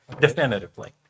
definitively